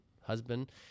husband